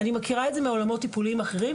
אני מכירה את זה מעולמות טיפוליים אחרים,